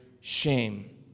shame